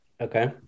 Okay